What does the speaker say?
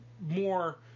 more